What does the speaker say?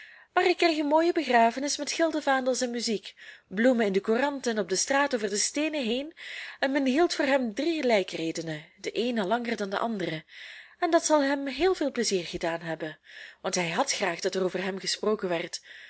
maar hij kreeg een mooie begrafenis met gildevaandels en muziek bloemen in de courant en op de straat over de steenen heen en men hield voor hem drie lijkredenen de een al langer dan de andere en dat zal hem heel veel plezier gedaan hebben want hij had graag dat er over hem gesproken werd